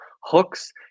hooks